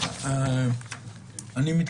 החלטה ------ חבר הכנסת בגין,